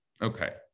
Okay